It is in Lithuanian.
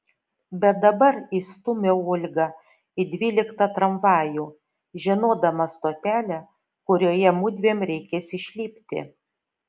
bet dabar įstūmiau olgą į dvyliktą tramvajų žinodama stotelę kurioje mudviem reikės išlipti